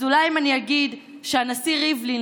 אז אולי אם אני אגיד שהנשיא ריבלין,